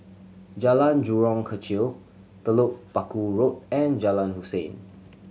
Jalan Jurong Kechil Telok Paku Road and Jalan Hussein